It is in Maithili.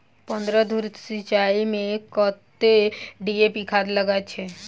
पन्द्रह धूर मिर्चाई मे कत्ते डी.ए.पी खाद लगय छै?